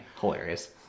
Hilarious